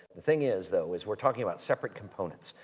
the thing is though, is we're talking about separate components.